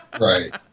Right